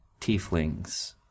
tieflings